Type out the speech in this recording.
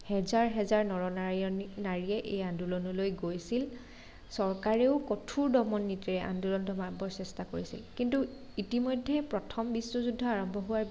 হেজাৰ হেজাৰ নৰ নাৰীয় নাৰীয়ে এই আন্দোলনলৈ গৈছিল চৰকাৰেও কঠোৰ দমন নীতিৰে আন্দোলন দমাবৰ চেষ্টা কৰিছিল কিন্তু ইতিমধ্যে প্ৰথম বিশ্বযুদ্ধ আৰম্ভ হোৱাৰ